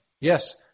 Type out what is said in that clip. Yes